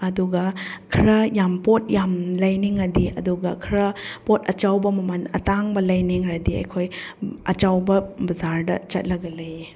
ꯑꯗꯨꯒ ꯈꯔ ꯌꯥꯝ ꯄꯣꯠ ꯌꯥꯝ ꯂꯩꯅꯤꯡꯉꯗꯤ ꯑꯗꯨꯒ ꯈꯔ ꯄꯣꯠ ꯑꯆꯧꯕ ꯃꯃꯜ ꯑꯇꯥꯡꯕ ꯂꯩꯅꯤꯡꯂꯗꯤ ꯑꯩꯈꯣꯏ ꯑꯆꯧꯕ ꯕꯖꯥꯔꯗ ꯆꯠꯂꯒ ꯂꯩꯌꯦ